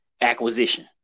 acquisition